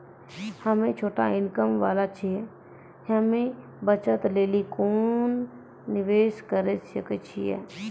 हम्मय छोटा इनकम वाला छियै, हम्मय बचत लेली कोंन निवेश करें सकय छियै?